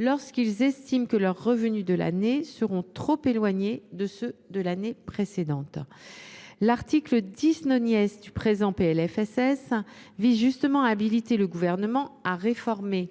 lorsqu’ils estiment que leurs revenus de l’année seront trop éloignés de ceux de l’année précédente. L’article 10 du présent PLFSS vise justement à habiliter le Gouvernement à réformer